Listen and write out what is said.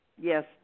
Yes